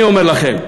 אני אומר לכם,